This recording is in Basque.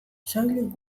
soilik